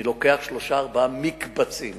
אני לוקח שלושה-ארבעה מקבצים